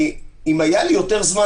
אם היה לי יותר זמן,